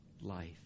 life